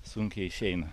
sunkiai išeina